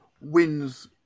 wins